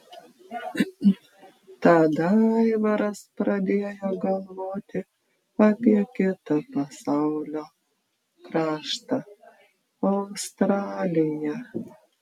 tada aivaras pradėjo galvoti apie kitą pasaulio kraštą australiją